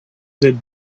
this